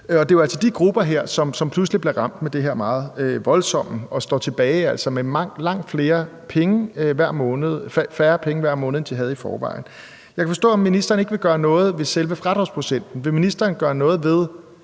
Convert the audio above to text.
altså de grupper her, som pludselig bliver ramt af det her meget voldsomme og står tilbage med langt færre penge hver måned, end de havde i forvejen. Jeg kan forstå, at ministeren ikke vil gøre noget ved selve fradragsprocenten. Vil ministeren gøre noget ved,